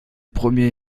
premiers